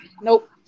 nope